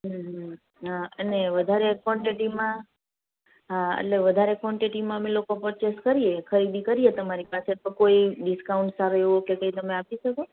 હા અને વધારે કોન્ટેટીમાં હા એટલે વધારે કોન્ટેટીમાં અમે લોકો પરચેઝ કરીએ ખરીદી કરીએ તમારી પાસે તો કોઈ ડિસ્કાઉન્ટ સારું એવું કે કંઈ તમે આપી સકો